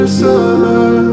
summer